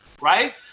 right